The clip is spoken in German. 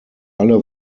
alle